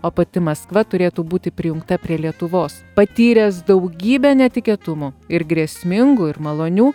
o pati maskva turėtų būti prijungta prie lietuvos patyręs daugybę netikėtumų ir grėsmingų ir malonių